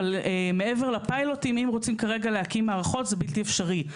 אבל מעבר לפיילוטים אם רוצים כרגע להקים מערכות זה בלתי אפשרי.